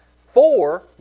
Four